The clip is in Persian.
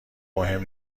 مهم